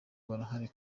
barahari